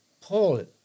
Paul